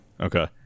Okay